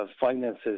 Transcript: finances